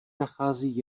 nachází